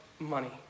Money